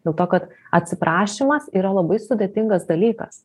dėl to kad atsiprašymas yra labai sudėtingas dalykas